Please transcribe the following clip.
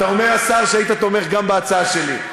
אתה אומר, השר, שהיית תומך גם בהצעה שלי.